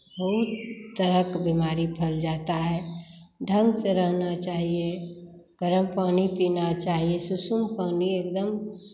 बहुत तरह का बीमारी फैल जाता है ढंग से रहना चाहिए गरम पानी पीना चाहिए शुशुम पानी एकदम